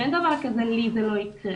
שאין דבר כזה "לי זה לא יקרה",